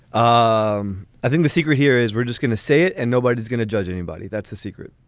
um i think the secret here is we're just going to say it and nobody is going to judge anybody. that's the secret.